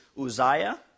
Uzziah